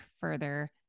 further